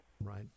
Right